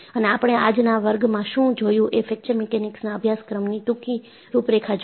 અને આપણે આજના વર્ગમાં શું જોયું કે ફ્રેક્ચર મિકેનિક્સ ના અભ્યાશ્ક્ર્મ ની ટૂંકી રૂપરેખા જોઈ